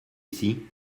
ici